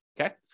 okay